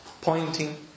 pointing